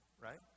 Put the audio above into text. right